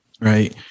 right